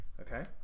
Okay